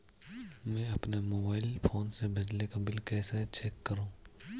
मैं अपने mobile phone से बिजली का बिल कैसे चेक करूं?